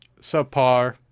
subpar